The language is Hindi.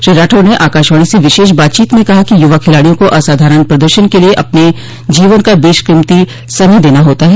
श्री राठौड़ ने आकाशवाणी से विशेष बातचीत में कहा कि यूवा खिलाड़ियों को असाधारण प्रदर्शन के लिए अपने जीवन का बेशकीमती समय देना होता है